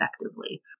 effectively